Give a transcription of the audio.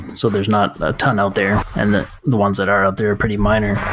so there's not a ton out there, and the the ones that are out there are pretty minor.